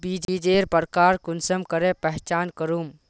बीजेर प्रकार कुंसम करे पहचान करूम?